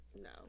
no